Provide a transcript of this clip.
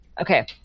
Okay